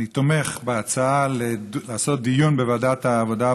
אני תומך בהצעה לעשות דיון בוועדת העבודה,